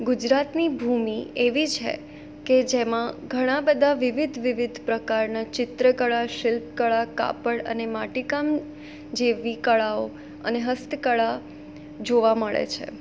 ગુજરાતની ભૂમિ એવી છે કે જેમાં ઘણા બધા વિવિધ વિવિધ પ્રકારના ચિત્રકળા શિલ્પકળા કાપડ અને માટીકામ જેવી કળાઓ અને હસ્તકળા જોવા મળે છે